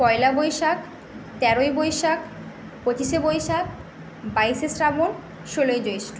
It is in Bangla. পয়লা বৈশাখ তেরোই বৈশাখ পঁচিশে বৈশাখ বাইশে শ্রাবণ ষোলোই জ্যৈষ্ঠ